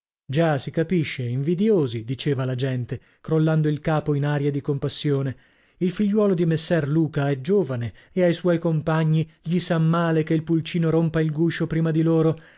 già si capisce invidiosi diceva la gente crollando il capo in aria di compassione il figliuolo di messer luca è giovane e ai suoi compagni gli sa male che il pulcino rompa il guscio prima di loro